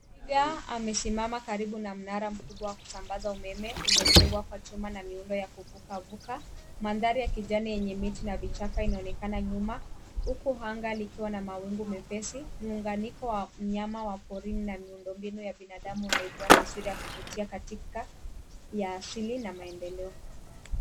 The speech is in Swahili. Twiga amesimama karibu na mnara mkubwa wa kusambaza umeme uliojengwa kwa chuma na miundo ya kuvuka vuka. Mandhari ya kijani yenye miti na vichaka inaonekana nyuma huku anga likiwa na mawingu mepesi. Muunganiko wa mnyama wa porini na miundo mbinu ya binadamu unaibua taswira ya kuvutia katika ya asili na maendeleo.